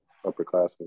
upperclassmen